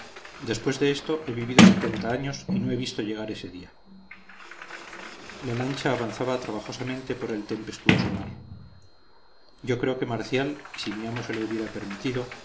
después de esto he vivido setenta años y no he visto llegar ese día la lancha avanzaba trabajosamente por el tempestuoso mar yo creo que marcial si mi amo se lo hubiera permitido